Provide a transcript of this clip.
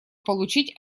получить